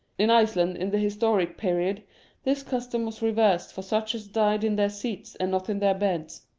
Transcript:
in iceland in the historic period this custom was reserved for such as died in their seats and not in their beds.